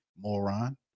Moron